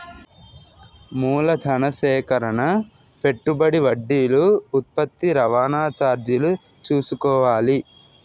మూలధన సేకరణ పెట్టుబడి వడ్డీలు ఉత్పత్తి రవాణా చార్జీలు చూసుకోవాలి